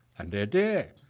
and they did.